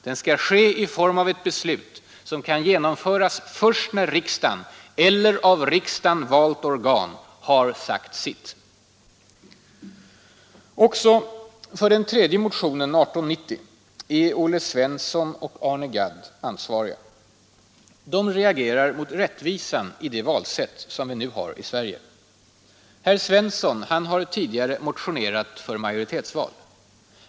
Den skall ske i form av ett beslut som kan genomföras först när riksdagen, eller av riksdagen valt organ, har sagt sitt. Också för den tredje motionen är Olle Svensson och Arne Gadd ansvariga. De reagerar mot rättvisan i det valsätt som vi nu har i Sverige. Herr Svensson har tidigare motionerat för majoritetsval.